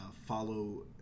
follow